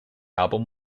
album